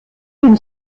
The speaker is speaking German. den